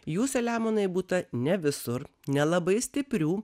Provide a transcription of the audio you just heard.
jų selemonai būta ne visur nelabai stiprių